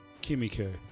Kimiko